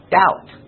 doubt